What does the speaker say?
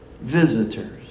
Visitors